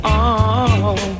on